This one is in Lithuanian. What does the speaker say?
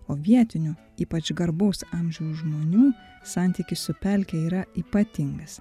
o vietinių ypač garbaus amžiaus žmonių santykis su pelke yra ypatingas